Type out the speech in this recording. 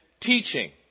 teaching